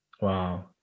Wow